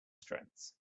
strengths